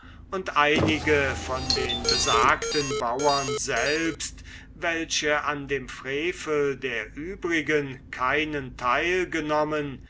und einige von den besagten bauren selbst welche an dem frevel der übrigen keinen teil genommen